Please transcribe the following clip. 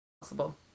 Possible